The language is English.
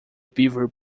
beaver